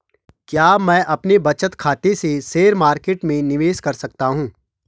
क्या मैं अपने बचत खाते से शेयर मार्केट में निवेश कर सकता हूँ?